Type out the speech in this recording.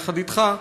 יחד אתך,